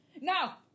Now